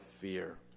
fear